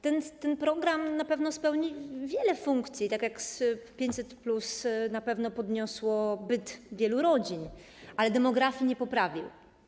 Ten program na pewno spełni wiele funkcji, tak jak 500+ na pewno podniosło byt wielu rodzin, ale demografii nie poprawił.